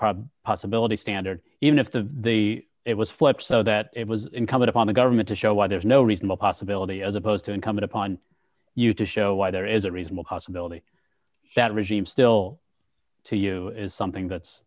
pub possibility standard even if the the it was flipped so that it was incumbent upon the government to show why there's no reasonable possibility as opposed to incumbent upon you to show why there is a reasonable possibility that regime still to you is something that's